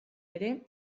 ere